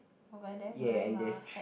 over there wearing a hat